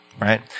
right